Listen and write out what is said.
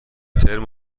ترم